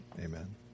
amen